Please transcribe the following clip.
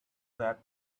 that